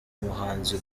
umuhanzi